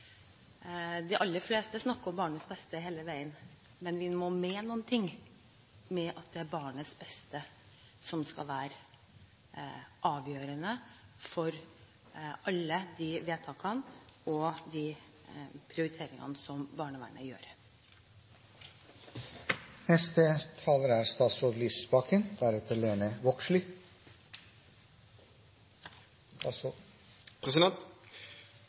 De aller fleste snakker om barnets beste hele veien, men vi må mene noe med at det er barnets beste som skal være avgjørende for alle de vedtakene og prioriteringene som barnevernet